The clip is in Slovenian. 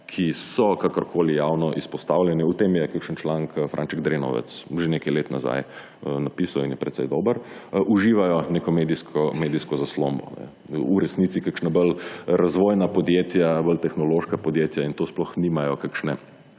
ki so kakorkoli javno izpostavljene, v tem je kakšen članek Franček Drenovec, že nekaj let nazaj napisal in je precej dober, uživajo neko medijsko zaslombo. V resnici kakšna bolj razvojna podjetja, bolj tehnološka podjetja in to sploh nimajo kakšne